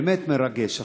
באמת מרגש.